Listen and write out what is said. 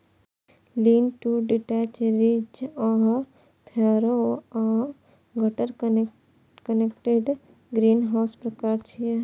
lean to detached, ridge आ furrow या gutter connected ग्रीनहाउसक प्रकार छियै